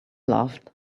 loved